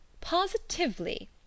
Positively